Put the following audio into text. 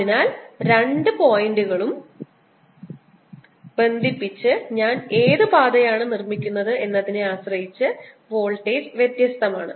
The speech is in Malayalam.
അതിനാൽ ഈ രണ്ട് പോയിന്റുകളും ബന്ധിപ്പിച്ച് ഞാൻ ഏത് പാതയാണ് നിർമ്മിക്കുന്നത് എന്നതിനെ ആശ്രയിച്ച് വോൾട്ടേജ് വ്യത്യസ്തമാണ്